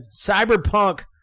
Cyberpunk